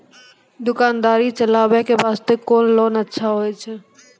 दुकान दौरी चलाबे के बास्ते कुन लोन अच्छा होय छै?